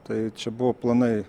tai čia buvo planai